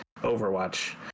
Overwatch